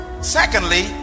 Secondly